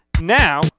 now